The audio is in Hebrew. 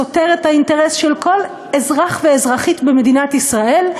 סותר את האינטרס של כל אזרח ואזרחית במדינת ישראל,